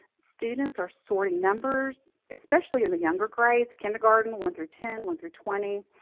students are sorting numbers, especially in the younger grades kindergarten, one through ten, one through twenty.